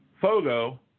Fogo